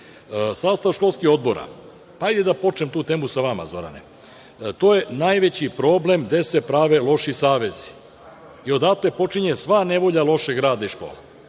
hitno. Sastav školskih odbora, hajde da počnem tu temu sa vama, Zorane. To je najveći problem gde se prave loši savezi i odatle počinje sva nevolja lošeg rada i škole.